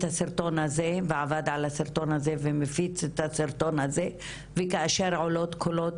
הסרטון הזה ועבד על הסרטון הזה ומפיץ את הסרטון הזה וכאשר עולים קולות